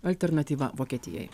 alternatyva vokietijai